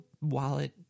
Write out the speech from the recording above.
wallet